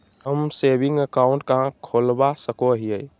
हम saving account कहाँ खोलवा सको हियै?